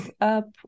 up